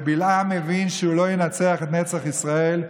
ובלעם הבין שהוא לא ינצח את נצח ישראל,